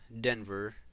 Denver